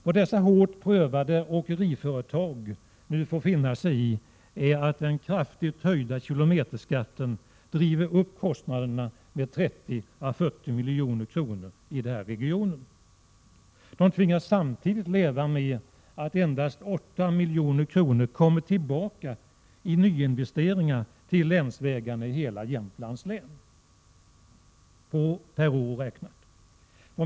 Vad dessa hårt prövade åkeriföretag nu får finna sig i är att de kraftigt höjda kilometerskatterna driver upp kostnaderna med 30 å 40 milj.kr. per år i denna region. De tvingas samtidigt leva med att endast 8 milj.kr. per år kommer tillbaka i form av nyinvesteringar till länsvägarna i hela Jämtlands län.